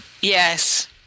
Yes